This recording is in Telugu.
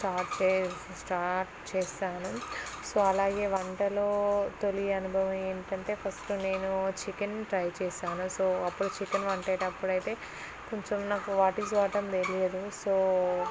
స్టార్ట్ చె స్టార్ట్ చేస్తాను సో అలాగే వంటలో తొలి అనుభవం ఏంటంటే ఫస్ట్ నేను చికెన్ ట్రై చేసాను సో అప్పుడు చికెన్ వండేటప్పుడు అయితే కొంచెం నాకు వాట్ ఈస్ వాట్ అని తెలియదు సో